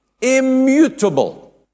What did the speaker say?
immutable